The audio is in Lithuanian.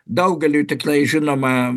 daugeliui tikrai žinomą